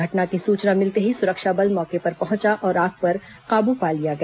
घटना की सूचना मिलते ही सुरक्षा बल मौके पर पहुंचा और आग पर काबू पा लिया गया